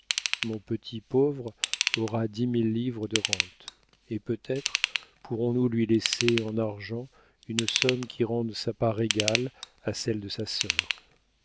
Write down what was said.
mon petit pauvre aura dix mille livres de rentes et peut-être pourrons-nous lui laisser en argent une somme qui rende sa part égale à celle de sa sœur